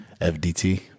FDT